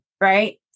Right